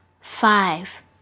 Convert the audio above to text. five